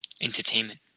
entertainment